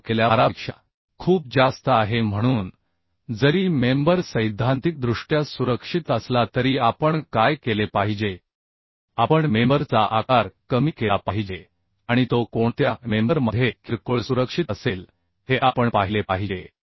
जे लागू केलेल्या भारापेक्षा खूप जास्त आहे म्हणून जरी मेंबर सैद्धांतिकदृष्ट्या सुरक्षित असला तरी आपण काय केले पाहिजे आपण मेंबर चा आकार कमी केला पाहिजे आणि तो कोणत्या मेंबर मध्ये किरकोळ सुरक्षित असेल हे आपण पाहिले पाहिजे